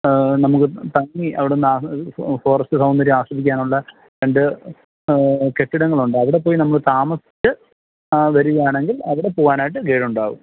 നമുക്ക് തങ്ങി അവിടുന്ന് ആ ഫ് ഫോറസ്റ്റ് സൗന്ദര്യം ആസ്വദിക്കാനുള്ള രണ്ട് കെട്ടിടങ്ങളുണ്ട് അവിടെ പോയി നമ്മൾ താമസിച്ച് വരുകയാണെങ്കിൽ അവിടെ പോവാനായിട്ട് ഗൈഡ് ഉണ്ടാകും